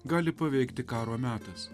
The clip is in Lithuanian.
gali paveikti karo metas